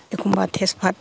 एखमब्ला तेजपात